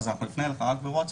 אז אנחנו נפנה אליך רק בוואטסאפ.